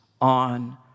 on